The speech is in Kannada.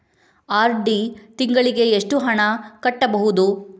ಆರ್.ಡಿ ತಿಂಗಳಿಗೆ ಎಷ್ಟು ಹಣ ಕಟ್ಟಬಹುದು?